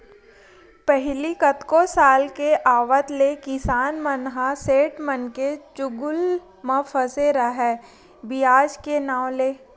पहिली कतको साल के आवत ले किसान मन ह सेठ मनके चुगुल म फसे राहय बियाज के नांव ले